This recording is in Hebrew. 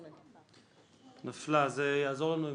8 נמנעים, אין